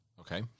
Okay